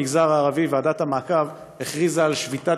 במגזר הערבי ועדת המעקב הכריזה על שביתת